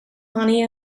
money